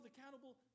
accountable